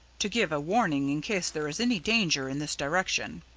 to give a warning in case there is any danger in this direction.